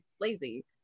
lazy